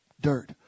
dirt